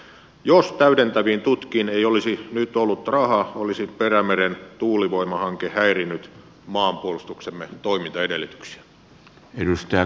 jos täydentäviin tutkiin ei olisi nyt ollut rahaa olisi perämeren tuulivoimahanke häirinnyt maanpuolustuksemme toimintaedellytyksiä